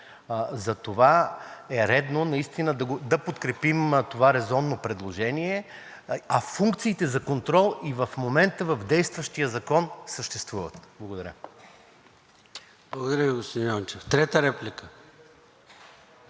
Затова е редно наистина да подкрепим това резонно предложение, а функциите за контрол и в момента в действащия закон съществуват. Благодаря. ПРЕДСЕДАТЕЛ ЙОРДАН ЦОНЕВ: Благодаря Ви, господин Йончев. Трета реплика?